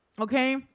Okay